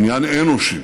עניין אנושי.